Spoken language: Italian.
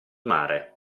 mare